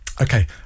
okay